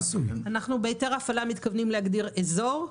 בהיתר הפעלה אנחנו מתכוונים להגדיר אזור.